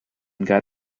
got